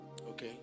okay